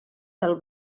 del